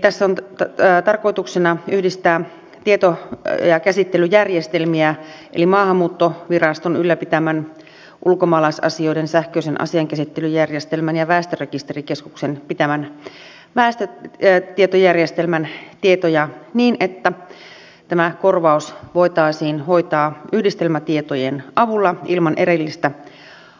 tässä on tarkoituksena yhdistää tieto ja käsittelyjärjestelmiä eli maahanmuuttoviraston ylläpitämän ulkomaalaisasioiden sähköisen asiainkäsittelyjärjestelmän ja väestörekisterikeskuksen pitämän väestötietojärjestelmän tietoja niin että tämä korvaus voitaisiin hoitaa yhdistelmätietojen avulla ilman erillistä